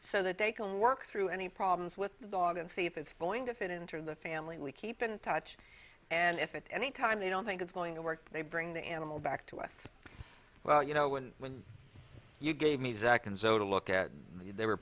so that they can work through any problems with the dog and see if it's going to fit into the family we keep in touch and if at any time they don't think it's going to work they bring the animal back to us well you know when when you gave me zac and so to look at you they were